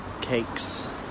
cakes